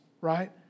right